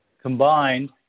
Combined